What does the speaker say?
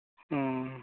ᱚ